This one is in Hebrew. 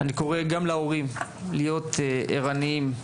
אני קורא גם להורים להיות ערניים,